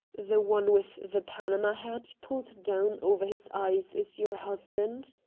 the one with the panama hat pulled down over his eyes is your husband?